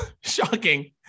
shocking